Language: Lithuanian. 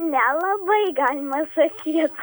nelabai galima sakyt